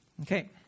Okay